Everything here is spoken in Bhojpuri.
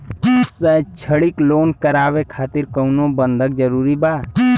शैक्षणिक लोन करावे खातिर कउनो बंधक जरूरी बा?